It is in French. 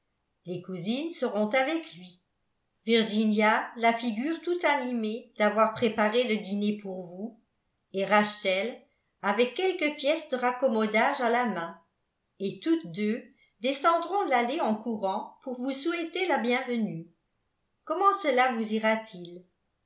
les cousines seront avec lui virginia la figure tout animée d'avoir préparé le dîner pour vous et rachel avec quelque pièce de raccommodage à la main et toutes deux descendront l'allée en courant pour vous souhaiter la bienvenue comment cela vous ira-t-il